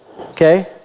Okay